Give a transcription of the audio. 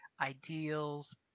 ideals